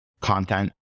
content